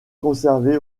conservé